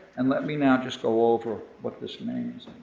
and let me now just go over what this means.